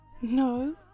No